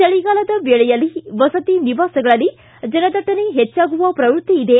ಚಳಿಗಾಲದ ವೇಳೆಯಲ್ಲಿ ವಸತಿ ನಿವಾಸಗಳಲ್ಲಿ ಜನದಟ್ಟಣೆ ಹೆಚ್ಚಾಗುವ ಪ್ರವೃತ್ತಿ ಇದೆ